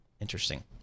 Interesting